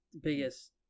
biggest